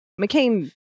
McCain